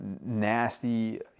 nasty